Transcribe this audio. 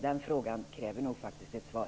Den frågan kräver nog faktiskt ett svar.